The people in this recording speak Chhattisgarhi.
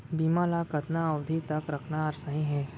बीमा ल कतना अवधि तक रखना सही हे?